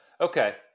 Okay